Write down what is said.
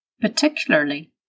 particularly